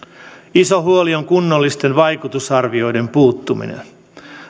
iso huoli on kunnollisten vaikutusarvioiden puuttuminen